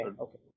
okay